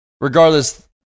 regardless